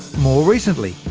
more recently,